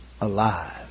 alive